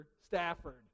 Stafford